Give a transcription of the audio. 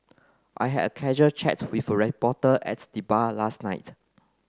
I had a casual chat with reporter at the bar last night